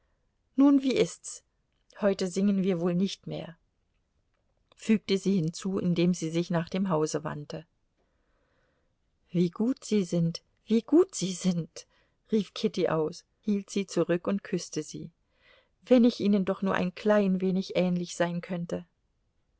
nun wie ist's heute singen wir wohl nicht mehr fügte sie hinzu indem sie sich nach dem hause wandte wie gut sie sind wie gut sie sind rief kitty aus hielt sie zurück und küßte sie wenn ich ihnen doch nur ein klein wenig ähnlich sein könnte